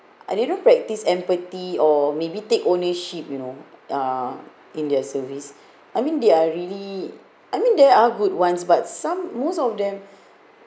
they don't practice empathy or maybe take ownership you know uh in their service I mean they are really I mean there are good ones but some most of them